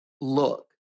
look